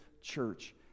church